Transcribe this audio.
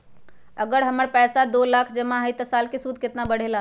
अगर हमर पैसा दो लाख जमा है त साल के सूद केतना बढेला?